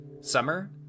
Summer